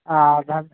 आ धन